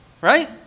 Right